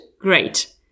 Great